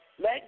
Let